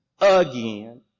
again